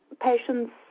patients